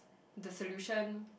the solution